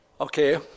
Okay